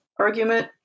argument